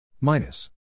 minus